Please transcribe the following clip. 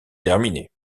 terminée